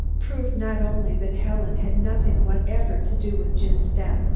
proved not only that helen had nothing whatever to do with jim's death,